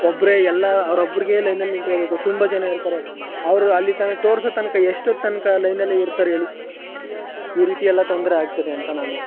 ಒಬ್ಬರೇ ಎಲ್ಲ ಅವರೊಬ್ರಿಗೆ ಲೈನಲ್ಲಿ ನಿಂತ್ಕೊಳ್ಬೇಕು ತುಂಬ ಜನ ಇರ್ತಾರೆ ಅವರು ಅಲ್ಲಿ ತನ ತೋರಿಸೋ ತನಕ ಎಷ್ಟೊತ್ತು ತನಕ ಲೈನಲ್ಲಿ ಇರ್ತಾರೆ ಹೇಳಿ ಈ ರೀತಿಯೆಲ್ಲ ತೊಂದರೆ ಆಗ್ತದೆ ಅಂತ ನಾನು